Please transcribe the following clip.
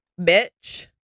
bitch